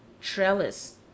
Trellis